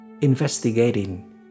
Investigating